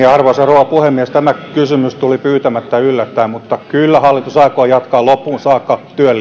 arvoisa rouva puhemies tämä kysymys tuli pyytämättä ja yllättäen mutta kyllä hallitus aikoo jatkaa loppuun saakka työn